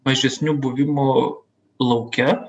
mažesniu buvimu lauke